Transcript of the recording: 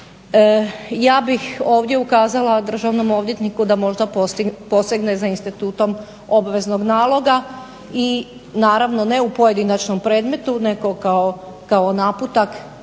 Ja bih ovdje ukazala državnom odvjetniku da možda posegne za institutom obveznog naloga i naravno ne u pojedinačnom predmetu nego kao naputak